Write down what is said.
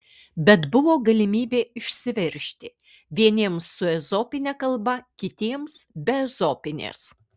bet buvo galimybė išsiveržti vieniems su ezopine kalba kitiems be ezopinės